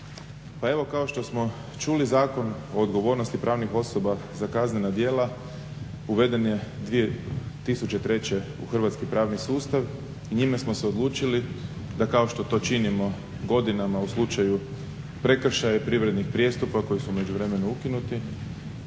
Pa evo, kao što smo čuli Zakon o odgovornosti pravnih osoba za kaznena djela uveden je 2003. u hrvatski pravni sustav i njime smo se odlučili da kao što to činimo godinama u slučaju prekršaja i privrednih prijestupa koji su u međuvremenu ukinuti